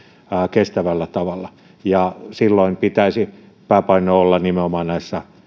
kestävällä tavalla ja silloin pitäisi pääpainon olla nimenomaan näissä